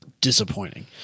disappointing